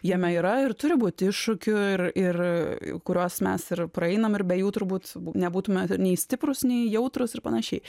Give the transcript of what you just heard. jame yra ir turi būt iššūkių ir ir kuriuos mes ir praeinam ir be jų turbūt nebūtume nei stiprūs nei jautrūs ir panašiai